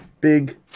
big